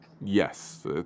Yes